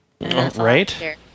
Right